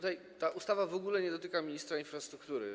Ta ustawa w ogóle nie dotyka ministra infrastruktury.